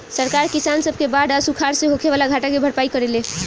सरकार किसान सब के बाढ़ आ सुखाड़ से होखे वाला घाटा के भरपाई करेले